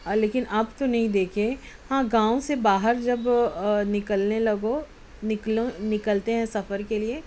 آ لیکن اب تو نہیں دیکھے ہاں گاؤں سے باہر جب نکلنے لگو نکلو نکلتے ہیں سفر کے لیے